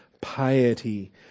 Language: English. piety